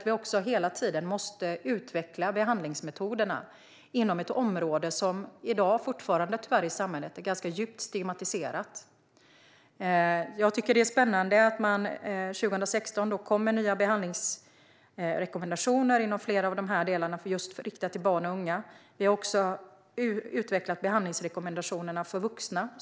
Vi måste hela tiden utveckla behandlingsmetoderna inom ett område som i dag fortfarande tyvärr är ganska djupt stigmatiserat i samhället. Jag tycker att det är spännande att det kom nya behandlingsrekommendationer 2016 inom flera av de här delarna riktade till just barn och unga. Vi har också utvecklat behandlingsrekommendationerna för vuxna.